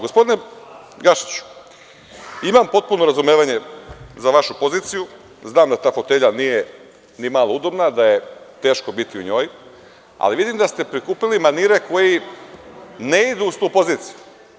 Gospodine Gašiću, imam potpuno razumevanje za vašu poziciju i znam da ta fotelja nije ni malo udobna, da je teško biti u njoj, ali vidim da ste prikupili manire koji ne idu uz tu poziciju.